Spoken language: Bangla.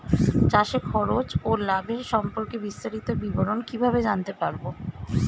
চাষে খরচ ও লাভের সম্পর্কে বিস্তারিত বিবরণ কিভাবে জানতে পারব?